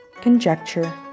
conjecture